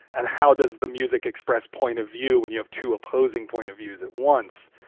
and how does the music express point of view when you have two opposing point of views at once?